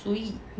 谁